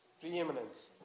Preeminence